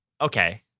Okay